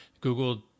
Google